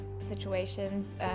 situations